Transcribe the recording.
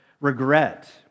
regret